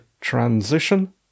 Transition